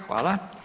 Hvala.